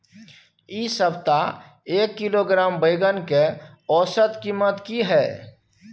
इ सप्ताह एक किलोग्राम बैंगन के औसत कीमत की हय?